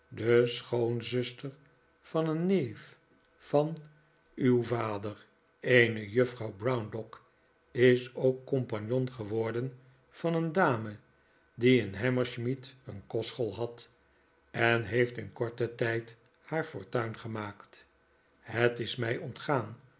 de schoonzuster van een neef van uw wider eene juffrouw browndock is ook compagnon geworden van een dame die in hammersmith een kostsehool had en heeft in korten tijd haar fortuin gemaakt het is mij ontgaan